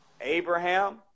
Abraham